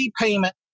payment